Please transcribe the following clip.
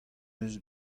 deus